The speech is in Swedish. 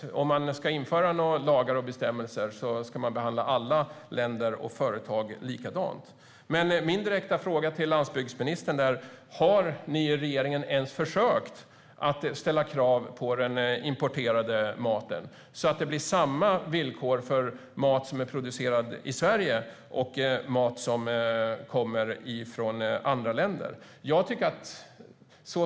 Om man ska införa lagar och bestämmelser ska alla länder och företag behandlas likadant. Min direkta fråga till landsbygdsministern är: Har ni i regeringen ens försökt ställa krav på den importerade maten så att det blir samma villkor för mat som är producerad i Sverige och mat som kommer från andra länder?